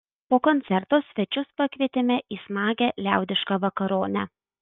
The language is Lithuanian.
po koncerto svečius pakvietėme į smagią liaudišką vakaronę